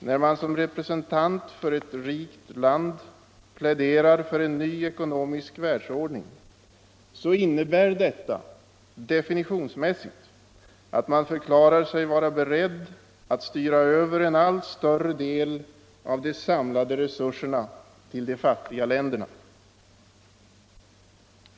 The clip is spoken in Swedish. När man som representant för ett rikt land pläderar för en ny ekonomisk världsordning, innebär detta definitionsmässigt att man förklarar sig vara beredd att styra över en allt större del av de samlade resurserna till de fattiga länderna.